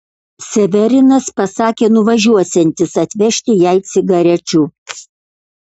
severinas pasakė nuvažiuosiantis atvežti jai cigarečių